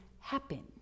happen